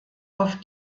auf